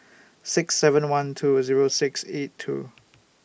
six seven one two Zero six eight two